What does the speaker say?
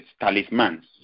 talismans